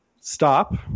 stop